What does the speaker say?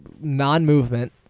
non-movement